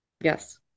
yes